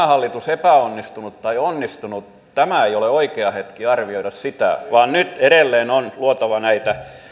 hallitus epäonnistunut vai onnistunut tämä ei ole oikea hetki arvioida vaan nyt edelleen on luotava näitä